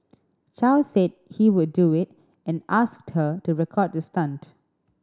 Chow said he would do it and asked her to record the stunt